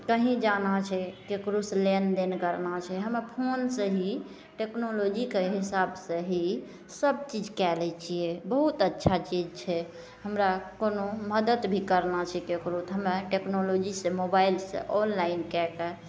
कहीँ जाना छै ककरोसे लेनदेन करना छै हमर फोनसे ही टेक्नोलॉजीके हिसाबसे ही सबकिछु कै लै छिए बहुत अच्छा चीज छै हमरा कोनो मदति भी करना छै ककरो तऽ हमे टेक्नोलॉजीसे मोबाइलसे ऑनलाइन कै के